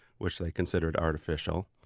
which they considered artificial,